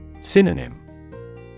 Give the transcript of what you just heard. Synonym